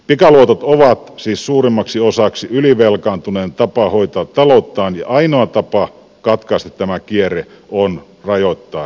pikaluotot ovat siis suurimmaksi osaksi ylivelkaantuneen tapa hoitaa talouttaan ja ainoa tapa katkaista tämä kierre on rajoittaa näitä pikaluottoja